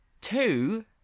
Two